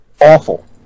Awful